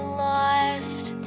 lost